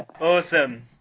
Awesome